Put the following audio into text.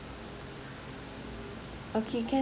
okay can